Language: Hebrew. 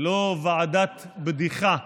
ולא ועדת בדיחה,